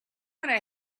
going